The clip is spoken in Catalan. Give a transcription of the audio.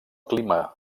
clima